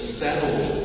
settled